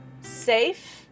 Safe